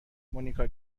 مونیکا